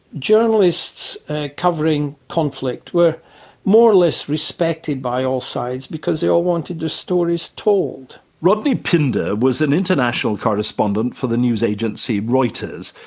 journalists covering conflict were more or less respected by all sides, because they all wanted their stories told. rodney pinder was an international correspondent for the news agency reuters.